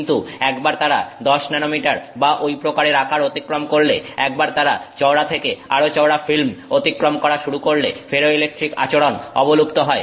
কিন্তু একবার তারা 10 ন্যানোমিটার বা ঐ প্রকারের আকার অতিক্রম করলে একবার তারা চওড়া থেকে আরো চওড়া ফিল্ম অতিক্রম করা শুরু করলে ফেরোইলেকট্রিক আচরণ অবলুপ্ত হয়